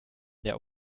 der